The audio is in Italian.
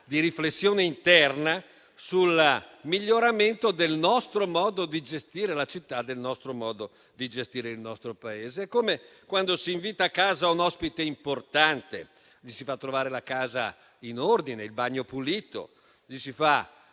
di riflessione interna sul miglioramento del nostro modo di gestire la città e il nostro Paese. È come quando si invita a casa un ospite importante: gli si fa trovare la casa in ordine, il bagno pulito, gli si